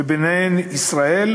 וביניהן ישראל,